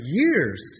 years